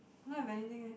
don't have anything leh